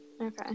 Okay